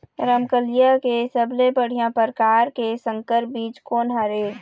रमकलिया के सबले बढ़िया परकार के संकर बीज कोन हर ये?